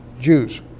Jews